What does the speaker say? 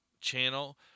Channel